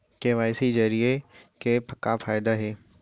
KYC जरिए के का फायदा हे?